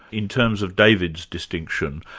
in terms of david's distinction,